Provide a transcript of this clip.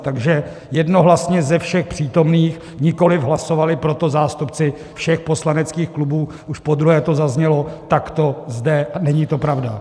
Takže jednohlasně ze všech přítomných nikoliv, hlasovali pro to zástupci všech poslaneckých klubů, už podruhé to zaznělo takto zde, a není to pravda.